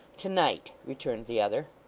to-night, returned the other.